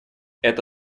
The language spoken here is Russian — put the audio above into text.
это